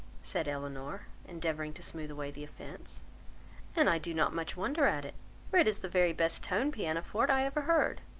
said elinor, endeavouring to smooth away the offence and i do not much wonder at it for it is the very best toned piano-forte i ever heard.